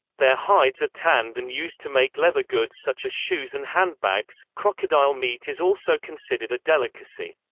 their hides are tanned and used to make leather goods such as shoes and handbags crocodile meat is also considered a delicacy.